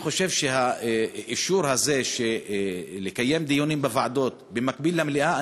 אני חושב שהאישור הזה לקיים דיונים בוועדות במקביל למליאה,